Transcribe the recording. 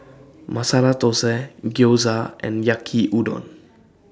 Masala Dosa Gyoza and Yaki Udon